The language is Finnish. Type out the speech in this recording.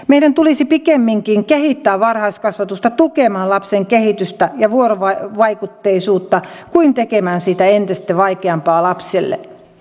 meidän tulisi pikemminkin kehittää varhaiskasvatusta tukemaan lapsen kehitystä ja vuorovaikutteisuutta kuin tekemään siitä entistä vaikeampaa lapselle